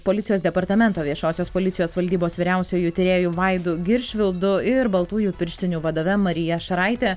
policijos departamento viešosios policijos valdybos vyriausiuoju tyrėju vaidu giršvildu ir baltųjų pirštinių vadove marija šaraitė